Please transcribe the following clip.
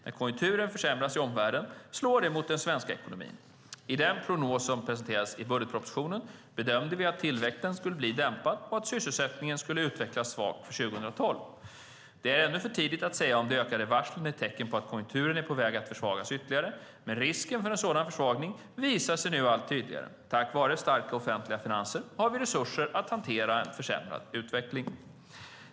När konjunkturen försämras i omvärlden slår det mot den svenska ekonomin. I den prognos som presenterades i budgetpropositionen bedömde vi att tillväxten skulle bli dämpad och att sysselsättningen skulle utvecklas svagt under 2012. Det är ännu för tidigt att säga om de ökade varslen är tecken på att konjunkturen är på väg att försvagas ytterligare, men risken för en sådan försvagning visar sig nu allt tydligare. Tack vare starka offentliga finanser har vi resurser att hantera en försämrad utveckling.